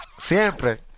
Siempre